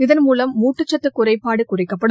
இதன்மூலம் ஊட்டச்சத்து குறைபாடு குறைக்கப்படும்